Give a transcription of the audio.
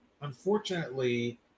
unfortunately